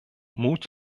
mut